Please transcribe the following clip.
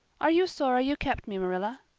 are you sorry you kept me, marilla?